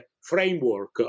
framework